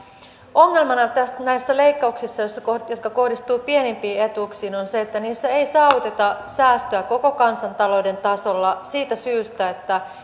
ongelmana näissä leikkauksissa jotka kohdistuvat pienimpiin etuuksiin on se että niissä ei saavuteta säästöä koko kansantalouden tasolla siitä syystä että